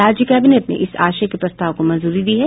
राज्य कैबिनेट ने इस आशय के प्रस्ताव को मंजूरी दी है